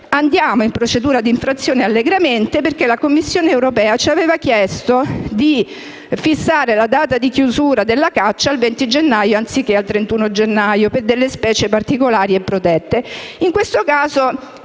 invece in procedura d'infrazione allegramente. La Commissione europea ci aveva chiesto di fissare la data di chiusura della caccia il 20 gennaio anziché il 31 gennaio, per delle specie particolari e protette.